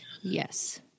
Yes